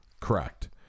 Correct